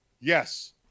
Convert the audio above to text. Yes